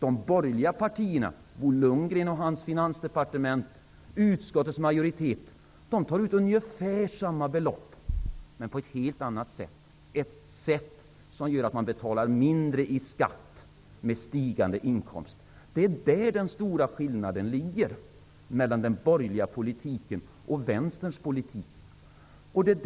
De borgerliga partierna -- Bo Lundgren och hans finansdepartement och utskottets majoritet -- tar ut ungefär samma belopp men på ett helt annat sätt. De föreslår att man skall betala mindre i skatt med stigande inkomst. Det är där den stora skillnaden mellan den borgerliga politiken och Vänsterns politik ligger.